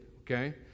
Okay